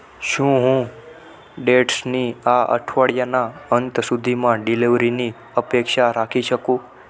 શું હું ડેટ્સની આ અઠવાડીયાના અંત સુધીમાં ડિલેવરીની અપેક્ષા રાખી શકું